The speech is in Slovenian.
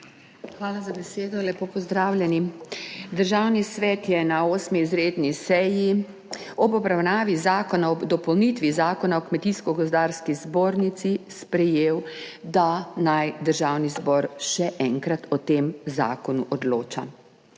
Hvala za besedo. Lepo pozdravljeni! Državni svet je na 8. izredni seji ob obravnavi Zakona o dopolnitvi Zakona o Kmetijsko gozdarski zbornici sprejel, da naj Državni zbor o tem zakonu odloča